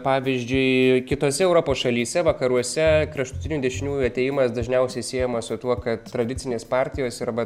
pavyzdžiui kitose europos šalyse vakaruose kraštutinių dešiniųjų atėjimas dažniausiai siejamas su tuo kad tradicinės partijos arba